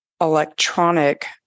electronic